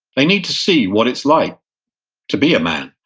they need to see what it's like to be a man,